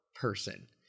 person